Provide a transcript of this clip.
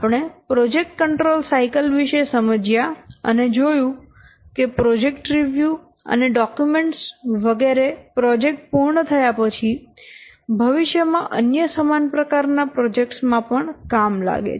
આપણે project control cycle વિષે સમજ્યા અને જોયું કે પ્રોજેક્ટ રિવ્યુ અને ડોક્યુમેન્ટ્સ વગેરે પ્રોજેક્ટ પૂર્ણ થયા પછી ભવિષ્ય માં અન્ય સમાન પ્રકાર ના પ્રોજેક્ટ્સ માં પણ કામ લાગે છે